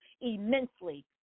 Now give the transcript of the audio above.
immensely